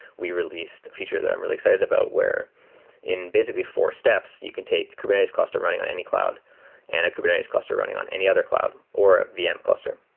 we re leased a feature that i'm really excited about where in basically four steps you can take kubernetes cluster running on any cloud and a kubernetes cluster running on any other cloud, or a vm cluster.